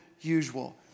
usual